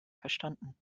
verstanden